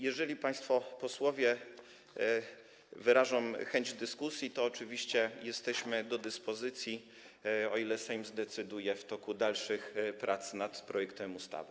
Jeżeli państwo posłowie wyrażą chęć dyskusji, to oczywiście jesteśmy do dyspozycji, o ile Sejm tak zdecyduje w toku dalszych prac nad projektem ustawy.